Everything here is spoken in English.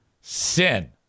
sin